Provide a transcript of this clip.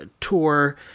tour